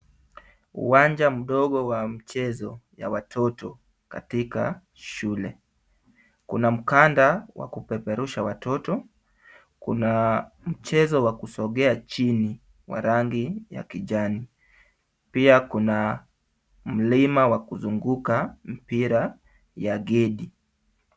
Uwanja mdogo wa mchezo ya watoto katika shule. Kuna mkanda wa kupeperusha watoto. Kuna mchezo wa kusongea chini wa rangi ya kijani. Pia kuna mlima wa kuzunguka mpira ya ngedi.